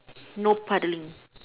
no paddling